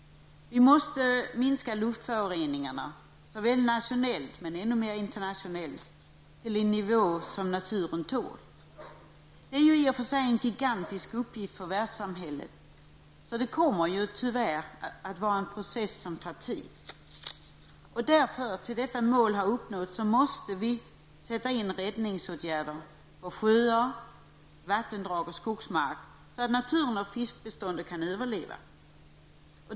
Vi måste minska luftföroreningarna -- nationellt men i ännu högre grad internationellt -- till en nivå som naturen tål. Det är i och för sig en gigantisk uppgift för världssamhället, så det kommer tyvärr att vara en process som tar tid. Fram till dess att detta mål har uppnåtts måste vi därför sätta in räddningsåtgärder för sjöar, vattendrag och skogsmark så att naturen och fiskbeståndet kan överleva.